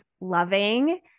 loving